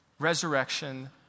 Resurrection